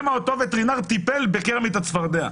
שמא אותו וטרינר טיפל בקרמיט הצפרדע.